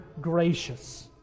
gracious